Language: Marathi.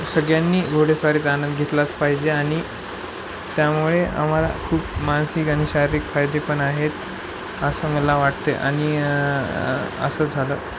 सगळ्यांनी घोडेस्वारीचा आनंद घेतलाच पाहिजे आणि त्यामुळे आम्हाला खूप मानसिक आणि शारीरिक फायदेपण आहेत असं मला वाटते आणि असं झालं